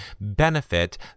benefit